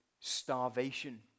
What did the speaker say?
starvation